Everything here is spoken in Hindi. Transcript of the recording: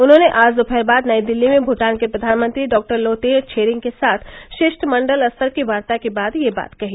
उन्होंने आज दोपहर बाद नई दिल्ली में भूटान के प्रधानमंत्री डॉ लोतेय छेरिंग के साथ शिष्टमंडल स्तर की वार्ता के बाद यह बात कही